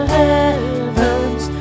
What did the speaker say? heavens